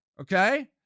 Okay